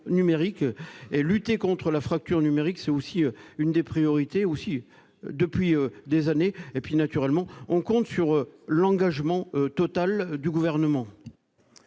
la lutte contre la fracture numérique sont une priorité depuis des années. Naturellement, on compte sur l'engagement total du Gouvernement.